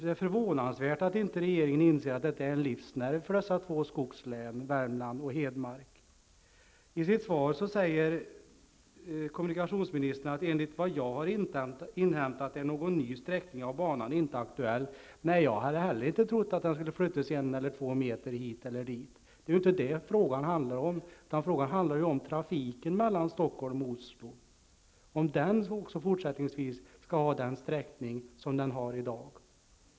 Det är förvånansvärt att regeringen inte anser att den här järnvägen är en livsnerv för dessa två skogslän -- I sitt svar säger kommunikationsministern: ''Enligt vad jag har inhämtat är någon ny sträckning av banan inte aktuell.'' Nej, jag hade inte heller trott att den skulle flyttas en eller två meter hit eller dit. Det är inte det frågan handlar om. Frågan handlar om trafiken mellan Stockholm och Oslo och om den fortsättningsvis skall ha den sträckning som den har i dag.